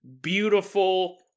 beautiful